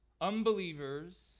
unbelievers